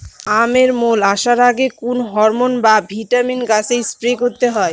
আমের মোল আসার আগে কোন হরমন বা ভিটামিন গাছে স্প্রে করতে হয়?